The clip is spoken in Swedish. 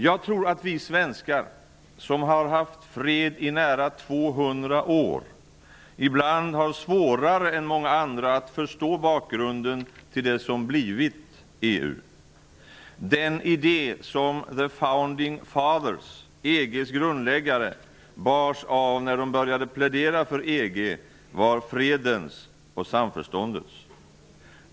Jag tror att vi svenskar, som har haft fred i nära 200 år, ibland har svårare än många andra att förstå bakgrunden till det som blivit EU. Den idé som ''the founding fathers'', EG:s grundläggare, bars av när de började plädera för EG var fredens och samförståndets.